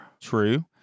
True